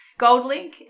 Goldlink